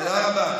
תודה רבה.